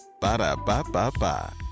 Ba-da-ba-ba-ba